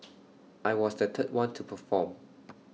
I was the third one to perform